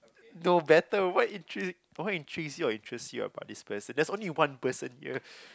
no better what intrigue what intrigue you or interest you about this place there's only one person here